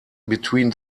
between